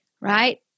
right